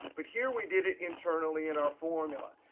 but here we did it internally in our formula.